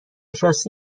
شاسی